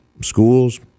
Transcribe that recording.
schools